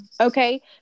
okay